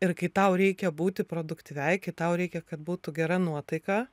ir kai tau reikia būti produktyviai kai tau reikia kad būtų gera nuotaika